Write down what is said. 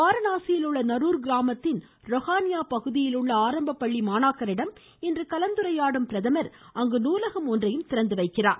வாரணாசியில் உள்ள யேசரச கிராமத்தின் ரொஹானியா பகுதியில் உள்ள ஆரம்ப பள்ளி மாணாக்கரிடம் இன்று கலந்துரையாடும் பிரதமர் அங்கு நூலகம் ஒன்றையும் திறந்து வைக்கிறார்